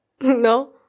No